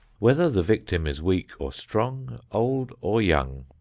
whether the victim is weak or strong, old or young,